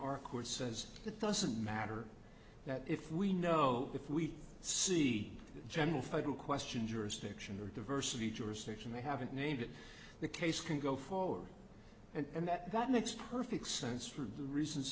our courts says it doesn't matter that if we know if we see general federal question jurisdiction or diversity jurisdiction they haven't named it the case can go forward and that makes perfect sense to do reasons